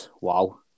wow